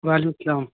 وعلیکم السلام